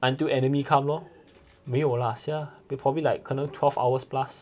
until enemy come lor 没有 lah sia probably like 可能 twelve hours plus